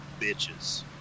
bitches